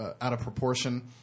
out-of-proportion